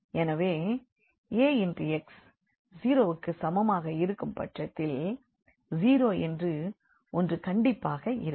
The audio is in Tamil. எனவே Ax 0 வுக்கு சமமாக இருக்கும் பட்சத்தில் 0 என்று ஒன்று கண்டிப்பாக இருக்கும்